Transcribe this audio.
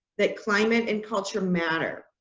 that climate and culture matter.